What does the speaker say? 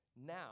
Now